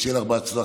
שיהיה לך בהצלחה.